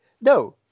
No